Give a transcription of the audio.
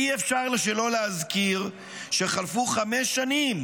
אי-אפשר שלא להזכיר שחלפו חמש שנים